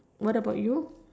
what about you